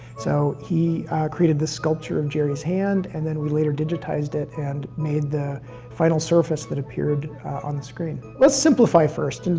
so he created this sculpture of geri's hand, and then we later digitized it and made the final surface that appeared on the screen. let's simplify first, and